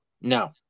No